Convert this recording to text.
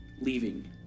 leaving